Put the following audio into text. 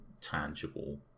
tangible